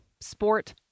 sport